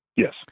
Yes